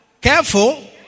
Careful